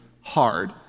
hard